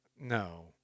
No